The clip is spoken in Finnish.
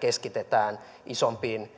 keskitetään isompiin